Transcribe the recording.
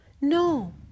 no